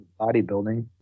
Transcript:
bodybuilding